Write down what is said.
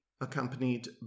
accompanied